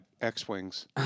X-Wings